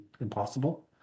impossible